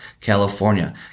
California